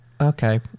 okay